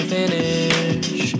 finish